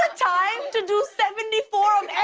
ah time to do seventy four of